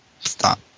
Stop